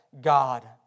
God